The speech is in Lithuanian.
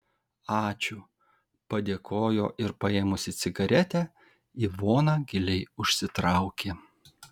ačiū padėkojo ir paėmusi cigaretę ivona giliai užsitraukė